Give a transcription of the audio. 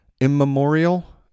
Immemorial